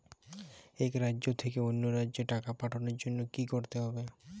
এক রাজ্য থেকে অন্য রাজ্যে টাকা পাঠানোর জন্য কী করতে হবে?